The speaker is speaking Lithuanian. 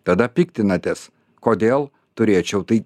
tada piktinatės kodėl turėčiau tai